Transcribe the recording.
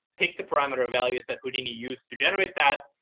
take the parameter values that houdini used to generate that,